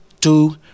two